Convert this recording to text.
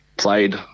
played